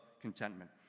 contentment